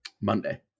Monday